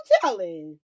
telling